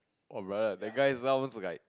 oh Lord the guy sounds so guy